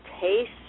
taste